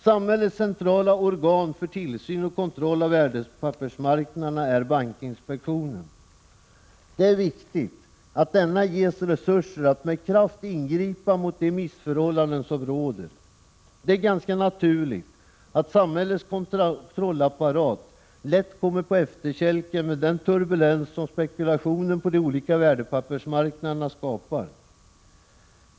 Samhällets centrala organ för tillsyn och kontroll av värdepappersmarknaderna är bankinspektionen. Det är viktigt att denna ges resurser att med kraft ingripa mot de missförhållanden som råder. Det är ganska naturligt att samhällets kontrollapparat lätt kommer på efterkälken med den turbulens som spekulationen på de olika värdepappersmarknaderna skapar.